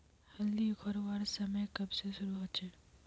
हल्दी उखरवार समय कब से शुरू होचए?